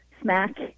smack